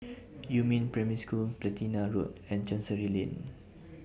Yumin Primary School Platina Road and Chancery Lane